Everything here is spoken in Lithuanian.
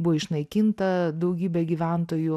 buvo išnaikinta daugybė gyventojų